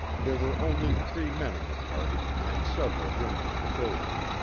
there were only three men in the party, and several women and children.